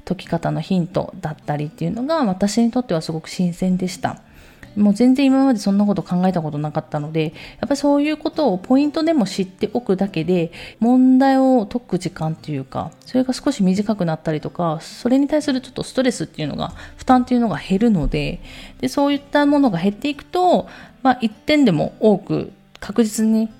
解き方のヒントだったりっていうのが、私にとってはすごく新鮮でした。もう全然今までそんなこと考えたことなかったので、やっぱりそういうことをポイントでも知っておくだけで、問題を解く時間というか、それが少し短くなったりとか、それに対するちょっとストレスっていうのが、負担っていうのが減るので、で、そういったものが減っていくと、まあ、一点でも多く確実に